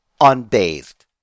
unbathed